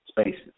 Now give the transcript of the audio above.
spaces